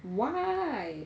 why